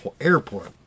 airport